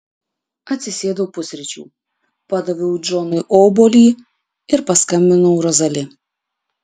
atsisėdau pusryčių padaviau džonui obuolį ir paskambinau rozali